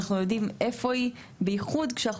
אנחנו יודעים איפה היא.״ בייחוד כשאנחנו